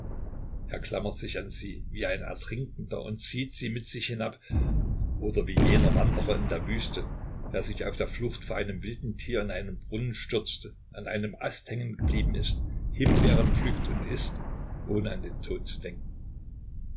er klammert sich an sie wie ein ertrinkender und zieht sie mit sich hinab oder wie jener wanderer in der wüste der sich auf der flucht vor einem wilden tier in einen brunnen stürzte an einem ast hängen geblieben ist himbeeren pflückt und ißt ohne an den tod zu denken